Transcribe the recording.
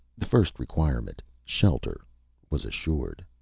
the first requirement shelter was assured.